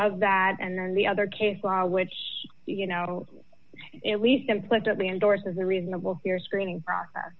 as that and then the other case law which you know it least implicitly endorses the reasonable fair screening process